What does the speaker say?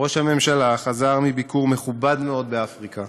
ראש הממשלה חזר מביקור מכובד מאוד באפריקה,